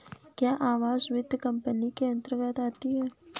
क्या आवास वित्त कंपनी इसके अन्तर्गत आती है?